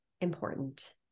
important